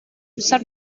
san